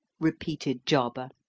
repeated jarber.